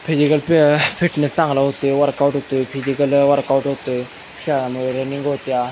physical फि fitness चांगला होते वर्कआउट होतो आहे फिजिकल वर्कआउट होतो आहे खेळामुळे रनिंग होत्या